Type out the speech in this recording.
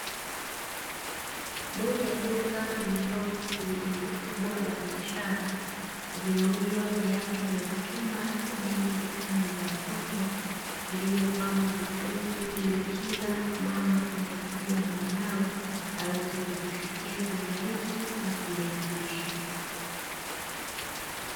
Moja ya duka lililopo katika jengo kubwa la biashara, vinauzwa viatu vya mtumba vingi vikiwa vya watoto, vilivyopangwa vizuri ili kila mama anayekuja na wanae waweze kuvifikia kiurahisi na kujaribisha.